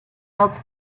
else